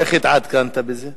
איך התעדכנת בזה?